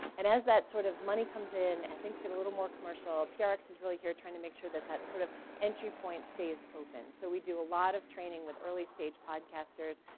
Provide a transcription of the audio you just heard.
and as that sort of money comes in and things get a little more commercial, prx is really here trying to make sure that that sort of entry point stays open. so we do a lot of training with early stage podcasters.